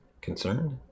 Concerned